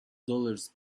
dollars